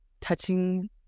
touching